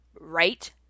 right